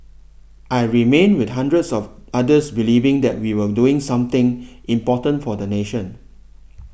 I remained with hundreds of others believing that we were doing something important for the nation